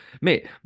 mate